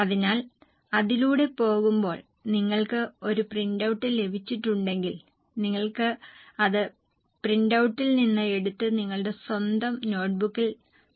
അതിനാൽ അതിലൂടെ പോകുമ്പോൾ നിങ്ങൾക്ക് ഒരു പ്രിന്റൌട്ട് ലഭിച്ചിട്ടുണ്ടെങ്കിൽ നിങ്ങൾക്ക് അത് പ്രിന്റൌട്ടിൽ നിന്ന് എടുത്ത് നിങ്ങളുടെ സ്വന്തം നോട്ട്ബുക്കിൽ തയ്യാറാക്കുകയും ചെയ്യാം